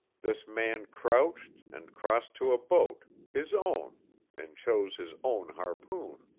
this man crouched, and crossed to a boat his own and chose his own harpoon.